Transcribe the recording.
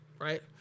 Right